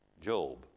Job